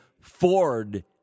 Ford